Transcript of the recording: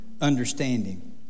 understanding